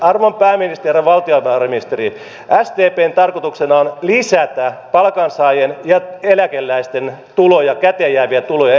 arvon pääministeri ja herra valtiovarainministeri sdpn tarkoituksena on lisätä palkansaajien ja eläkeläisten tuloja käteenjääviä tuloja ensi vuonna